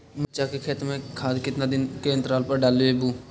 मिरचा के खेत मे खाद कितना दीन के अनतराल पर डालेबु?